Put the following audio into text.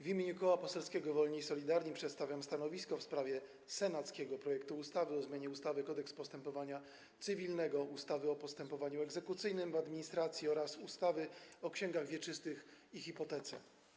W imieniu Koła Poselskiego Wolni i Solidarni przedstawiam stanowisko w sprawie senackiego projektu ustawy o zmianie ustawy Kodeks postępowania cywilnego, ustawy o postępowaniu egzekucyjnym w administracji oraz ustawy o księgach wieczystych i hipotece.